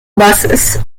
buses